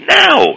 now